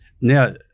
now